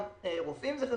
גם רופאים זה חשוב,